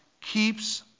keeps